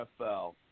NFL